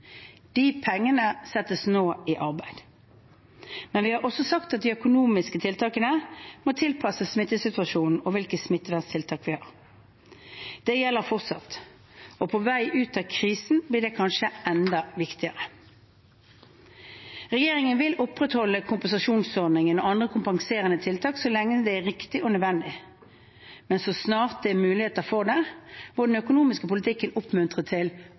De pengene settes nå i arbeid. Men vi har også sagt at de økonomiske tiltakene må tilpasses smittesituasjonen og hvilke smitteverntiltak vi har. Det gjelder fortsatt, og på vei ut av krisen blir det kanskje enda viktigere. Regjeringen vil opprettholde kompensasjonsordningen og andre kompenserende tiltak så lenge det er riktig og nødvendig, men så snart det er muligheter for det, må den økonomiske politikken oppmuntre til